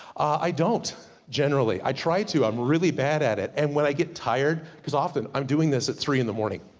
i don't generally. i tried to, i'm really bad at it. and when i get tired, cause often, i'm doing this at three in the morning.